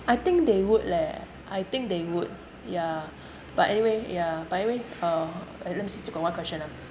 I think they would leh I think they would ya but anyway yeah but anyway uh let me see still got one question ah